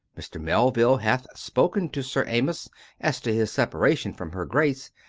mr. mel ville hath spoken to sir amyas as to his separation from her grace,